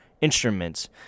instruments